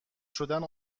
شدن